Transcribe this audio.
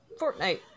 Fortnite